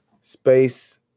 Space